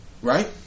Right